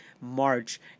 March